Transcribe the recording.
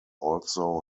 also